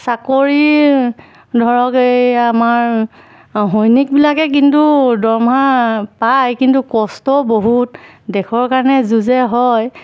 চাকৰি ধৰক এই আমাৰ সৈনিকবিলাকে কিন্তু দৰমহা পায় কিন্তু কষ্ট বহুত দেশৰ কাৰণে যুঁজে হয়